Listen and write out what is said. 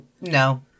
No